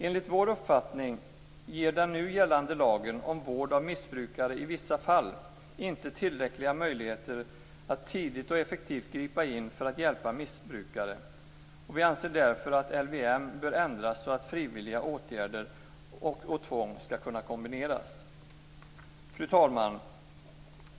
Enligt vår uppfattning ger den nu gällande lagen om vård av missbrukare i vissa fall inte tillräckliga möjligheter att tidigt och effektivt gripa in för att hjälpa missbrukare, och vi anser därför att LVM bör ändras så att frivilliga åtgärder och tvång skall kunna kombineras. Fru talman!